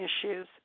issues